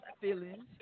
feelings